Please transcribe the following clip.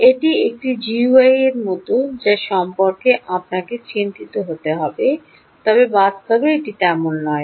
এটি একটি জিইউআইয়ের মতো যা সম্পর্কে আপনাকে চিন্তিত হতে হবে তবে বাস্তবে এটি তেমন নয়